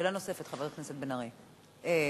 שאלה נוספת, חבר הכנסת אברהם מיכאלי.